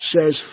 says